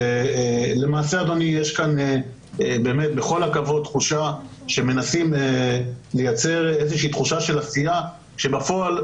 ולמעשה יש כאן תחושה שמנסים לייצר איזושהי תחושה של עשייה כשבפועל,